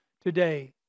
today